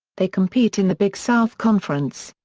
they compete in the big south conference.